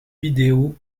vidéo